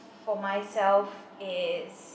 for myself is